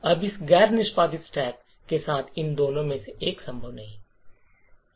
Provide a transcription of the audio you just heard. अब इस गैर निष्पादित स्टैक के साथ इन दोनों में से एक संभव नहीं है